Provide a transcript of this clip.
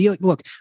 look